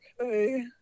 Okay